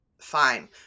fine